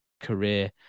career